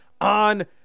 on